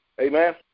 Amen